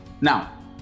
Now